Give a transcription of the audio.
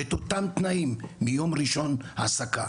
את אותם תנאים מהיום הראשון בהעסקה,